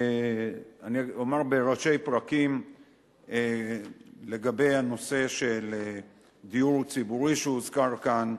אני אומר בראשי פרקים לגבי הנושא של דיור ציבורי שהוזכר כאן.